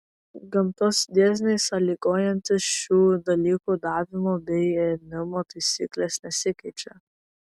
gamtos dėsniai sąlygojantys šių dalykų davimo bei ėmimo taisykles nesikeičia